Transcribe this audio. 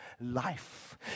life